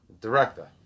Director